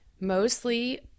mostly